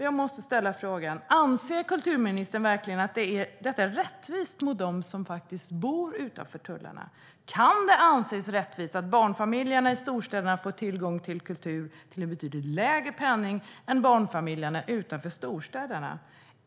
Jag måste ställa frågan: Anser kulturministern verkligen att detta är rättvist mot dem som bor utanför tullarna? Kan det anses rättvist att barnfamiljerna i storstäderna får tillgång till kultur till en betydligt lägre penning än barnfamiljerna utanför storstäderna?